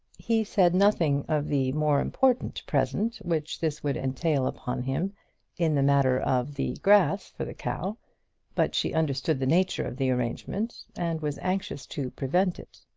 he said nothing of the more important present which this would entail upon him in the matter of the grass for the cow but she understood the nature of the arrangement, and was anxious to prevent it.